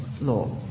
law